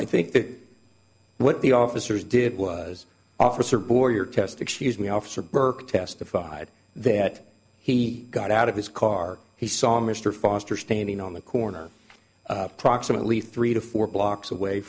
i think what the officers did was officer bore your test excuse me officer burke testified that he got out of his car he saw mr foster standing on the corner approximately three to four blocks away